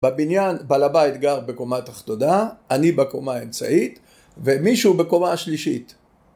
בבניין, בעל הבית גר בקומה התחתונה, אני בקומה האמצעית ומישהו בקומה השלישית